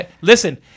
Listen